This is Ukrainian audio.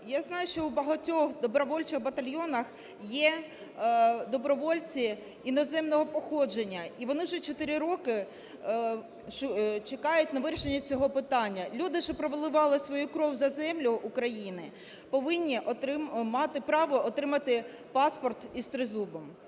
Я знаю, що у багатьох добровольчих батальйонах є добровольці іноземного походження, і вони вже чотири роки чекають на вирішення цього питання. Люди, що проливали свою кров за землю України, повинні мати право отримати паспорт із тризубом.